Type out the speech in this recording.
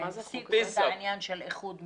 שהפסיקו את העניין של איחוד משפחות.